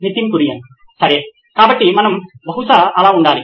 Nitin Kurian COO నోయిన్ electronics సరే కాబట్టి మనం బహుశా అలా ఉండాలి